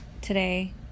today